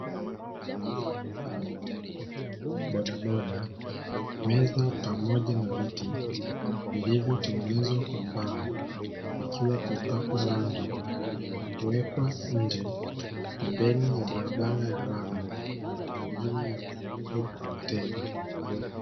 Bodaboda, meza pamoja na viti vilivotengenezwa kwa mbao vikiwa vimepakwa rangi na kuwekwa nje. Pembeni ya barabara ya lami, kwa ajili ya kuuzwa kwa mteja.